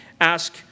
ask